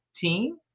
team